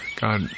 God